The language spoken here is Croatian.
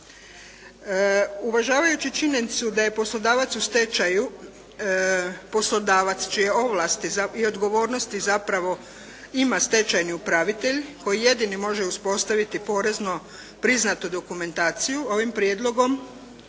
Uvažavajući činjenicu da je poslodavac u stečaju, poslodavac čije ovlasti i odgovornosti zapravo ima stečajni upravitelj, koji jedini može uspostaviti porezno priznatu dokumentaciju, ovim prijedlogom